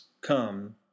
come